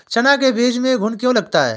चना के बीज में घुन क्यो लगता है?